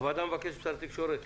הוועדה מבקשת משר התקשורת